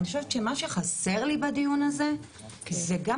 אבל אני חושבת שמה שחסר לי בדיון הזה זה גם